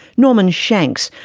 norman shanks,